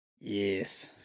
Yes